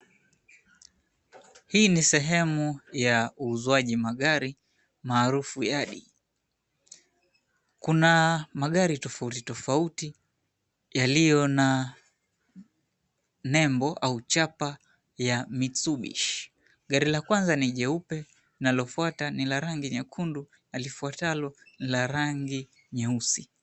Hii ni sehemu ya uuzwaji magari, maarufu yadi. Kuna magari tofauti tofauti yaliyo na nembo au chapa ya Mitsubishi. Gari la kwanza ni jeupe, linalofuata ni la rangi nyekundu, na lifuatalo la rangi nyeusi.